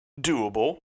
doable